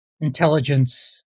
intelligence